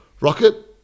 Rocket